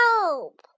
Help